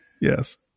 Yes